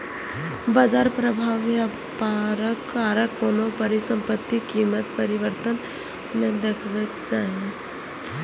बाजार प्रभाव व्यापारक कारण कोनो परिसंपत्तिक कीमत परिवर्तन मे देखबै छै